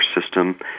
system